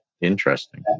Interesting